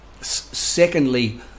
secondly